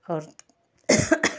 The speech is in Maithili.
आओर